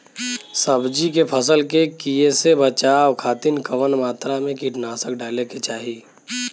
सब्जी के फसल के कियेसे बचाव खातिन कवन मात्रा में कीटनाशक डाले के चाही?